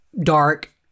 dark